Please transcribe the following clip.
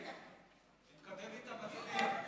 ההסתייגות (4)